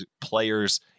players